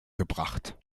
gebracht